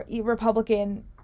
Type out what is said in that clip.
Republican